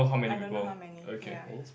I don't know how many ya